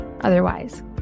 otherwise